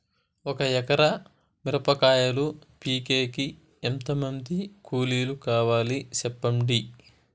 ఒక ఎకరా మిరప కాయలు పీకేకి ఎంత మంది కూలీలు కావాలి? సెప్పండి?